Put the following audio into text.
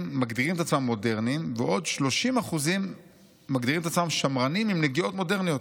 מגדירים את עצמם מודרניים ועוד כ-30% 'שמרנים עם נגיעות מודרניות'.